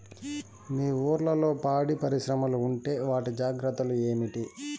మీ ఊర్లలో పాడి పరిశ్రమలు ఉంటే వాటి జాగ్రత్తలు ఏమిటి